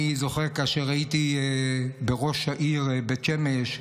אני זוכר, כאשר הייתי בראש העיר בית שמש,